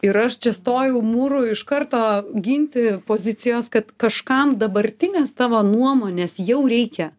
ir aš čia stojau mūru iš karto ginti pozicijos kad kažkam dabartinės tavo nuomonės jau reikia